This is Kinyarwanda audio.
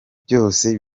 byose